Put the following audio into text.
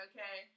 Okay